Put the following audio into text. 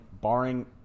barring